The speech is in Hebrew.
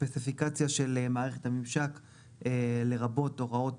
ספציפיקציה של מערכת הממשק לרבות הוראות